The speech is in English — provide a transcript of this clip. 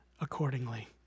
accordingly